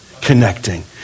connecting